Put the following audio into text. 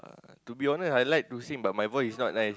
uh to be honest I like to sing but my voice is not nice